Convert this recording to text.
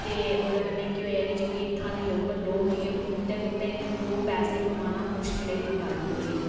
ते ओह्दे कन्नै केह् होएआ कि जेह्के इत्थूं दे लोकल लोक हे उं'दे गितै इत्थै दौ पैसे कमाना मुशकलै दी गल्ल होई